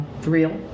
real